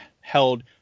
held